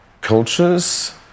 cultures